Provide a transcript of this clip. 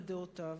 לדעותיו.